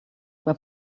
were